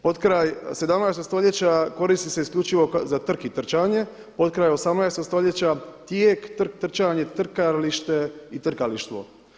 Potkraj 17. stoljeća koristi se isključivo za trk i trčanje, potkraj 18 stoljeća tijek, trk, trčanje, trkalište i trkalištvo.